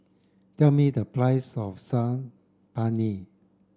tell me the price of Saag Paneer